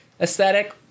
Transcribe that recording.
aesthetic